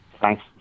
Thanks